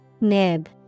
Nib